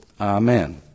Amen